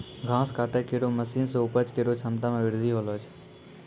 घास काटै केरो मसीन सें उपज केरो क्षमता में बृद्धि हौलै